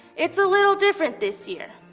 it's a little different this year.